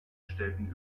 stellen